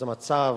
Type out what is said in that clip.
אז המצב